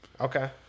Okay